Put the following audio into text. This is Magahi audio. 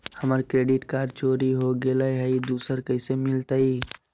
हमर क्रेडिट कार्ड चोरी हो गेलय हई, दुसर कैसे मिलतई?